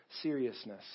seriousness